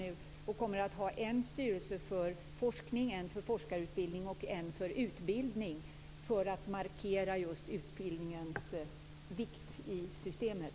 Man kommer att ha en styrelse för forskning, en för forskarutbildning och en för utbildning för att markera just utbildningens vikt i systemet.